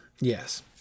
Yes